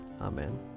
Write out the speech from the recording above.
Amen